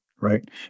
Right